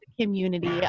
community